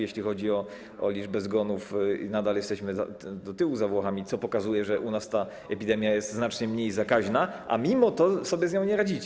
Jeśli chodzi o liczbę zgonów, nadal jesteśmy za Włochami, co pokazuje, że u nas ta epidemia jest znacznie mniej zakaźna, a mimo to sobie z nią nie radzicie.